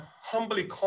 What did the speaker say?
humbly